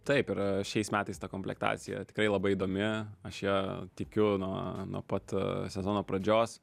taip yra šiais metais ta komplektacija tikrai labai įdomi aš ją tikiu nuo nuo pat sezono pradžios